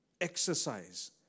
exercise